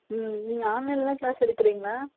ம் நீங்கள் ஆன்லைனில் தான் க்ளாஸ் எடுக்கறிங்களா